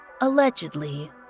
allegedly